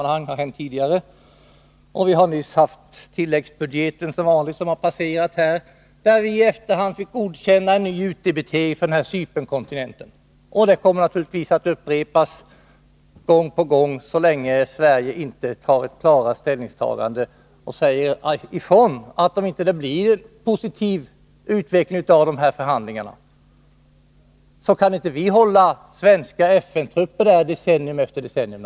Nyligen har tilläggsbudgeten diskuterats, varvid vi i efterhand fick godkänna en ny utdebitering för Cypernkontingenten. Naturligtvis kommer detta att upprepas så länge inte Sverige klart tar ställning och säger ifrån, att om det inte blir ett positivt resultat av förhandlingarna, kan Sverige inte hålla FN-trupper på Cypern decennium efter decennium.